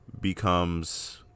becomes